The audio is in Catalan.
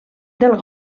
del